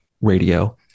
radio